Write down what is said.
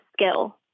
skill